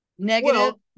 negative